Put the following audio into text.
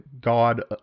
god